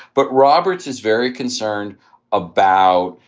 but roberts is very concerned about,